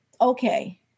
Okay